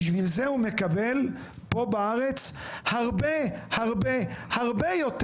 בשביל זה הוא מקבל פה בארץ הרבה-הרבה יותר,